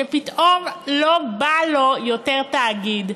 שפתאום לא בא לו יותר תאגיד.